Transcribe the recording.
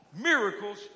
miracles